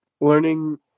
learning